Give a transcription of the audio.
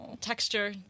Texture